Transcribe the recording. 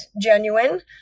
genuine